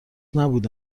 نبوده